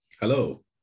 Hello